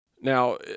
Now